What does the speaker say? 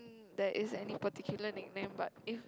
there is any particular nickname but if